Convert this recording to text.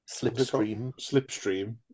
Slipstream